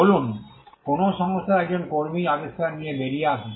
বলুন কোনও সংস্থার একজন কর্মী আবিষ্কার নিয়ে বেরিয়ে আসে